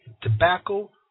tobacco